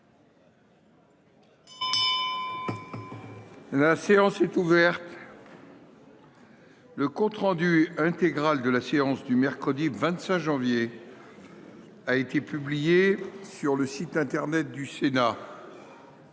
La séance est ouverte. Le compte-rendu intégral de la séance du mercredi 25 janvier. A été publié sur le site internet du Sénat.